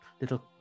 little